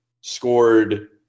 scored